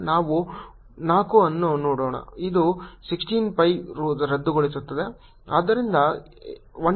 ನಾವು 4 ಅನ್ನು ನೋಡೋಣ ಇದು 16 pi ರದ್ದುಗೊಳ್ಳುತ್ತದೆ